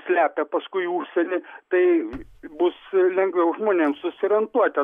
slepia paskui į užsienį tai bus lengviau žmonėm susiorientuoti